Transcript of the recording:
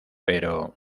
pero